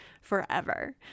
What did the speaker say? forever